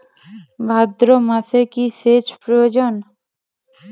ভাদ্রমাসে কি সেচ প্রয়োজন?